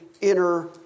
inner